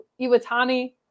Iwatani